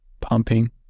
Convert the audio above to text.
pumping